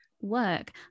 work